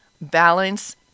balance